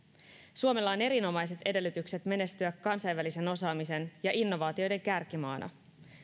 suomella on erinomaiset edellytykset menestyä kansainvälisen osaamisen ja innovaatioiden kärkimaana